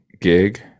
gig